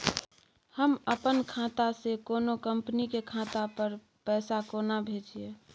हम अपन खाता से कोनो कंपनी के खाता पर पैसा केना भेजिए?